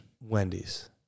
Wendy's